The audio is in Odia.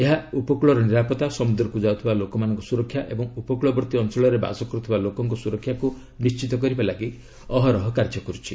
ଏହା ଉପକୂଳର ନିରାପତ୍ତା ସମୁଦ୍ରକୁ ଯାଉଥିବା ଲୋକମାନଙ୍କୁ ସୁରକ୍ଷା ଓ ଉପକୂଳବର୍ତ୍ତୀ ଅଞ୍ଚଳରେ ବାସ କରୁଥିବା ଲୋକଙ୍କ ସୁରକ୍ଷାକୁ ନିଶ୍ଚିତ କରିବା ଲାଗି ଅହରହ କାର୍ଯ୍ୟ କରୁଛି